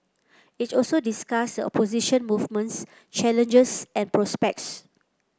it also discuss opposition movement's challenges and prospects